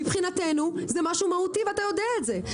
מבחינתנו זה משהו מהותי, ואתה יודע את זה.